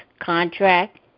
contract